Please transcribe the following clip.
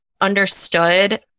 understood